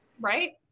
right